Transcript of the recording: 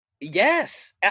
Yes